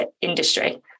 industry